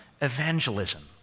evangelism